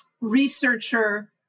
researcher